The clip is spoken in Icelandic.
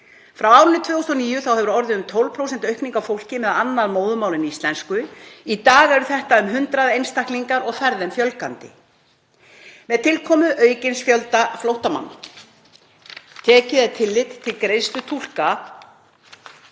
Frá árinu 2009 hefur orðið um 12% aukning á fólki með annað móðurmál en íslensku. Í dag eru þetta um 100 einstaklingar og fer þeim fjölgandi með tilkomu aukins fjölda flóttamanna. Tekið er tillit til greiðslu túlka